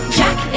jack